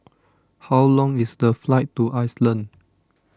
how long is the flight to Iceland